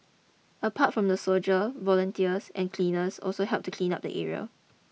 apart from the soldier volunteers and cleaners also helped to clean up the area